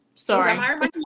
sorry